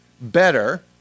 better